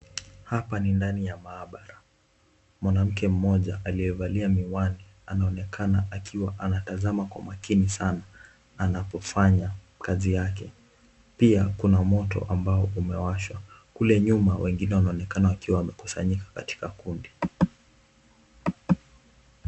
Hapa ni ndani ya mahabara. Mwanamke mmoja aliyevalia miwani anaonekana akiwa anatazama kwa maakini sana anapofanya kazi yake, pia kuna moto ambao umewashwa. Kule nyuma wengine wanaonekana wakiwa wamekusanyika katika kundi.